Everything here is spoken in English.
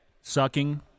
Sucking